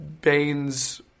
Baines